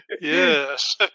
Yes